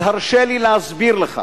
אז הרשה לי להסביר לך: